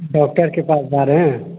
doctor के पास जा रहे हैं